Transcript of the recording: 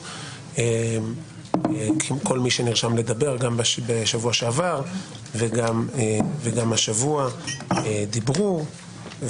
כל מי שנרשם לדבר גם בשבוע שעבר וגם השבוע דיברו.